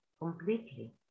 completely